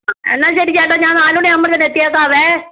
ആ എന്നാൽ ശരി ചേട്ടാ ഞാൻ നാലു മണിയാകുമ്പോൾ തന്നെ എത്തിയേക്കാമേ